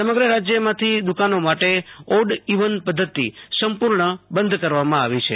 સમગ્ર રાજ્યમાંથી દુકાનો માટે ઓડ ઈવન પદ્વતિ સંપૂર્ણ બંધ કરવામાં આવી છે